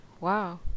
wow